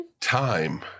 Time